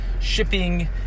shipping